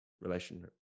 relation